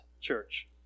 church